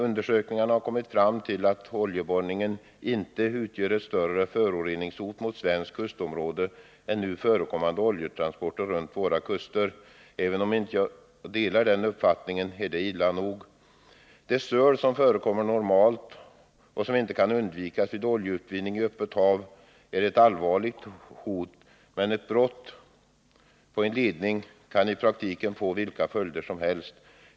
Undersökarna har kommit fram till att oljeborrningen inte utgör ett större föroreningshot mot svenskt kustområde än nu förekommande oljetransporter runt våra kuster. Även om jag inte delar den uppfattningen är det illa nog ändå. Det söl som förekommer normalt och som inte kan undvikas vid oljeutvinning i öppna havet är allvarligt. Men ett brott på en ledning kan i praktiken få vilka följder som helst.